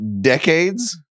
decades